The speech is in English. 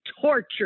torture